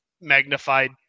magnified